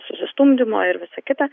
susistumdymo ir visa kita